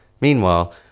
Meanwhile